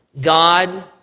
God